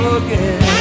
again